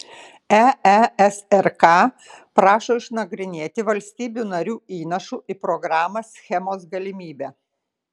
eesrk prašo išnagrinėti valstybių narių įnašų į programą schemos galimybę